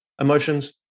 emotions